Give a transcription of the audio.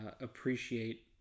appreciate